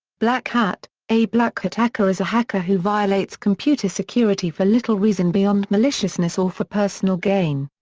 black hat a black hat hacker is a hacker who violates computer security for little reason beyond maliciousness or for personal gain.